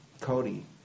Cody